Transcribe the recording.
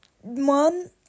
one